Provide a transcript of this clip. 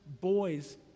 boys